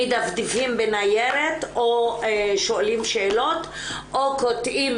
מדפדפים בניירת או שואלים שאלות או קוטעים